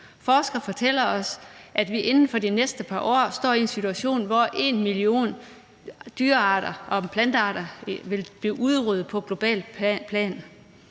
Forskere fortæller os, at vi inden for de næste par år står i en situation, hvor en million dyrearter og plantearter vil blive udryddet på globalt plan.